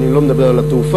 אני לא מדבר על התעופה,